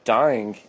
dying